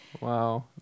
Wow